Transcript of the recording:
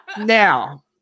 Now